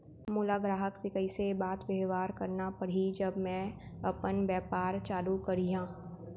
मोला ग्राहक से कइसे बात बेवहार करना पड़ही जब मैं अपन व्यापार चालू करिहा?